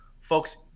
folks